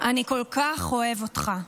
אני כל כך אוהב אותך.